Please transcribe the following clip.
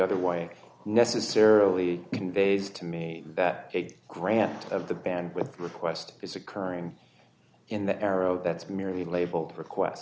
other way necessarily conveys to me that a grant of the bandwidth request is occurring in the arrow that's merely labeled request